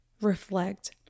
reflect